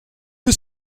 peu